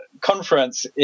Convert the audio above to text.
conference